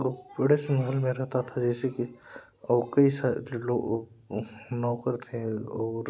पूरे से महल में रहता था जैसे कि और कई सारे नौकर भी थें और